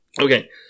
Okay